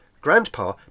Grandpa